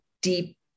deep